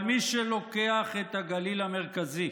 אבל מי שלוקח את הגליל המרכזי